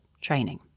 training